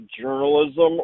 journalism